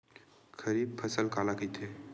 खरीफ फसल काला कहिथे?